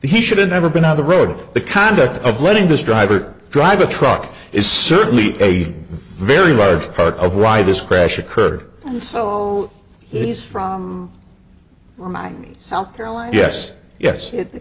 he shouldn't ever been on the road the conduct of letting this driver drive a truck is certainly a very large part of why this crash occurred and so he's from mining south carolina yes yes